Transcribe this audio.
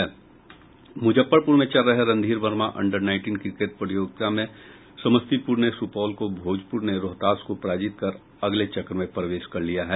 मुजफ्फरपुर में चल रहे Randhir Verma under nineteen cricket प्रतियोगिता में समस्तीपुर ने सुपौल को और भोजपुर ने रोहतास को पराजित कर अगले चक्र में प्रवेश कर लिया है